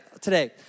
today